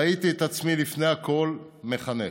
ראיתי בעצמי לפני הכול מחנך.